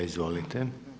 Izvolite.